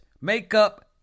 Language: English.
Makeup